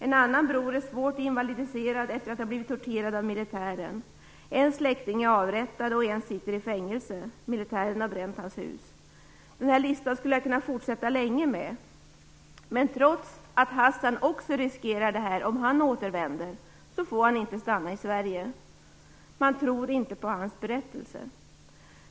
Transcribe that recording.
En annan bror är svårt invalidiserad efter att ha blivit torterad av militären. En släkting är avrättad och en sitter i fängelse. Militären har bränt hans hus. Den här listan skulle jag kunna fortsätta länge med. Men trots att Hasan också riskerar allt det här om han återvänder får han inte stanna i Sverige. Man tror inte på hans berättelse.